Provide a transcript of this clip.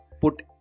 put